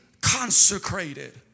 consecrated